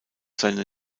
seine